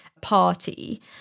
party